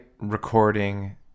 recording